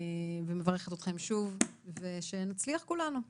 בהצלחה ומברכת אתכם שוב ושנצליח כולנו בהמשך.